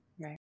Right